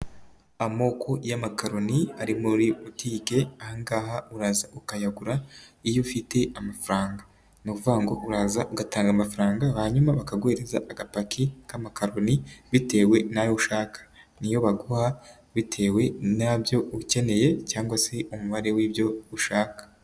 Amoko y'amakaroni ari muri butike aha ngaha uraza ukayagura iyo ufite amafaranga urgo uraza ugatanga amafaranga hanyuma bakaguhereza agapaki k'amakaloni, bitewe n'ayo ushaka niyo baguha bitewe nabyo ukeneye cyangwa se umubare w'ibyo ushaka.